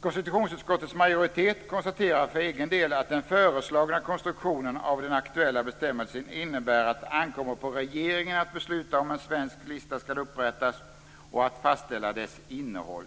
Konstitutionsutskottets majoritet konstaterar för egen del att den föreslagna konstruktionen av den aktuella bestämmelsen innebär att det ankommer på regeringen att besluta om en svensk lista skall upprättas och att fastställa dess innehåll.